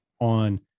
on